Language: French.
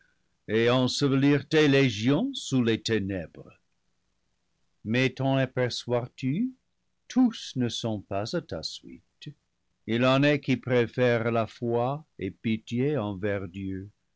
et ensevelir tes légions sous les ténèbres mais t'en aperçois tu tous ne sont pas à ta suite il en est qui préfèrent la foi et pitié envers dieu